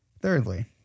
Thirdly